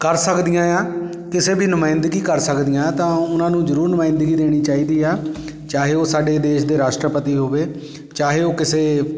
ਕਰ ਸਕਦੀਆਂ ਆ ਕਿਸੇ ਵੀ ਨੁਮਾਇੰਦਗੀ ਕਰ ਸਕਦੀਆਂ ਤਾਂ ਉਹਨਾਂ ਨੂੰ ਜ਼ਰੂਰ ਨੁਮਾਇੰਦਗੀ ਦੇਣੀ ਚਾਹੀਦੀ ਆ ਚਾਹੇ ਉਹ ਸਾਡੇ ਦੇਸ਼ ਦੇ ਰਾਸ਼ਟਰਪਤੀ ਹੋਵੇ ਚਾਹੇ ਉਹ ਕਿਸੇ